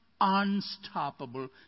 unstoppable